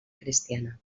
cristiana